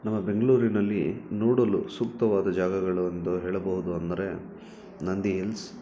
ನಮ್ಮ ಬೆಂಗಳೂರಿನಲ್ಲಿ ನೋಡಲು ಸೂಕ್ತವಾದ ಜಾಗಗಳು ಎಂದು ಹೇಳಬಹುದು ಅಂದರೆ ನಂದಿ ಇಲ್ಸ್